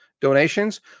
donations